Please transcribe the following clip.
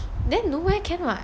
then nowhere can [what]